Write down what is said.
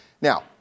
Now